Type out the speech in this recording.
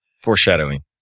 foreshadowing